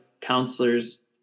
counselors